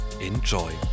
enjoy